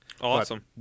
awesome